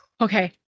Okay